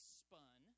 spun